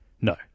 No